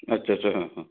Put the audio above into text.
अच्छा अच्छा